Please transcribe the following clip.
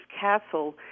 Castle